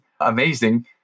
amazing